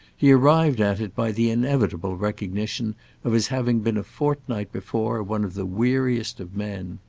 he arrived at it by the inevitable recognition of his having been a fortnight before one of the weariest of men.